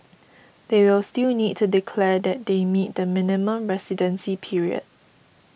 they will still need to declare that they meet the minimum residency period